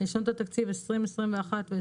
לשנות התקציב 2021 ו,